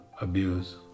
abuse